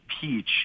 Peach